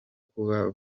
kuba